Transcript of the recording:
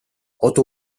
kodu